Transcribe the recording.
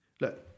look